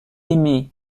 aimait